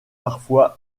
parfois